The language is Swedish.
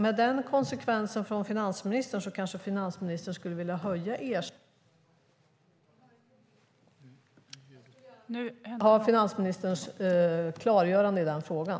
Med den konsekvensen från finansministern kanske finansministern skulle vilja höja ersättningarna. Jag skulle vilja ha finansministerns klargörande i den frågan.